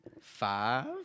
Five